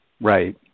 Right